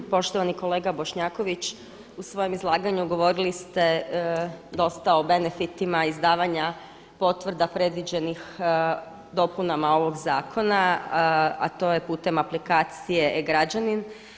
Poštovani kolega Bošnjaković u svojem izlaganju govorili ste dosta o benefitima izdavanja potvrda predviđenih dopunama ovog zakona, a to je putem aplikacije e-Građanin.